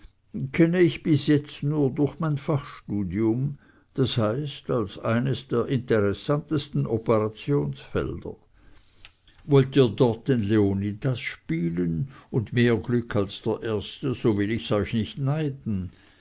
kenne ich bis jetzt nur durch mein fachstudium das heißt als eines der interessantesten operationsfelder wollt ihr dort den leonidas spielen und mit mehr glück als der erste so will ich's euch nicht neiden